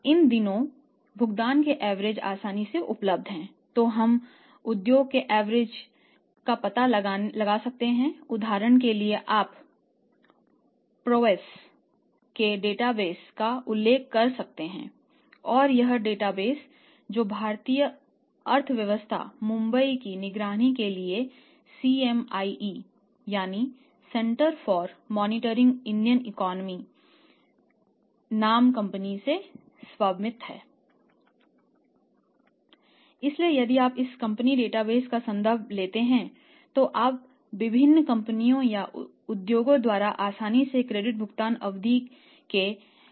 इन दिनों उद्योग का एवरेज सेंटर नामक कंपनी के स्वामित्व में है